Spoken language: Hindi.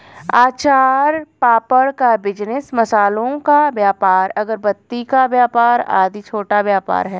अचार पापड़ का बिजनेस, मसालों का व्यापार, अगरबत्ती का व्यापार आदि छोटा व्यापार है